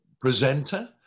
presenter